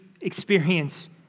experience